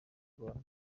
rwanda